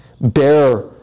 bear